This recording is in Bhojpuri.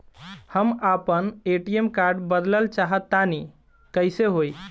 हम आपन ए.टी.एम कार्ड बदलल चाह तनि कइसे होई?